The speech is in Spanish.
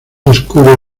oscuro